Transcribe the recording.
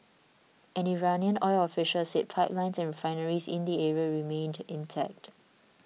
an Iranian oil official said pipelines and refineries in the area remained intact